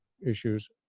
issues